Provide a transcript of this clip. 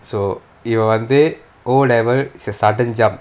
so இவன் வந்து:ivan vanthu O level it's a sudden jump